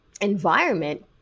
environment